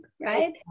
right